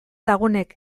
lagunek